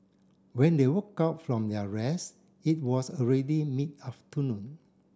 when they woke up from their rest it was already mid afternoon